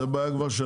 זאת כבר בעיה שלכם.